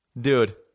Dude